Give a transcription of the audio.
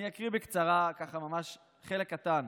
אני אקריא בקצרה חלק קטן